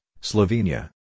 Slovenia